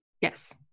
Yes